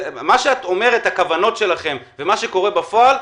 מה שאת אומרת על הכוונות שלכם ומה שקורה בפועל,